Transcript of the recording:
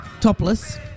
topless